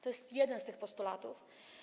To jest jeden z tych postulatów.